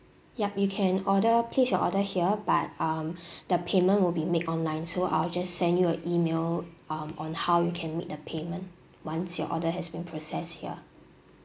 yup you can order place your order here but um the payment will be made online so I'll just send you a email um on how you can make the payment once your order has been process here